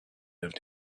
lived